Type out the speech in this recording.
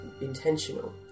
intentional